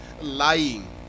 lying